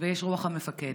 ויש רוח המפקד.